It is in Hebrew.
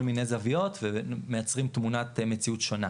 מיני זוויות ומייצרים תמונת מציאות שונה,